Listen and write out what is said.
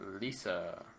Lisa